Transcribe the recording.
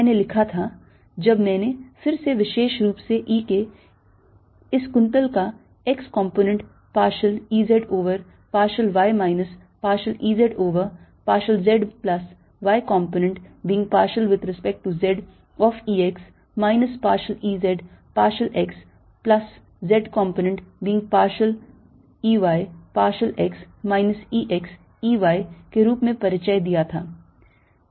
मैंने लिखा था जब मैंने फिर से विशेष रुप से E के इस कुंतल का x component partial E z over partial y minus partial E y over partial z plus y component being partial with respect to z of E x minus partial E z partial x plus z component being partial E y partial x minus E x E y के रूप में परिचय दिया था